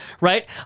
right